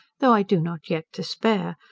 though i do not yet despair,